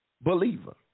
believer